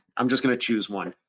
i'm just gonna choose one.